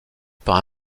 par